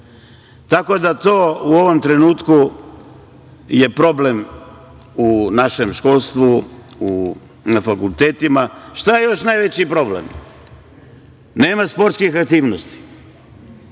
Tako da to u ovom trenutku je problem u našem školstvu, na fakultetima. Šta je još najveći problem? Nema sportskih aktivnosti,